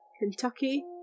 Kentucky